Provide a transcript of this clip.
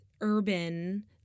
urban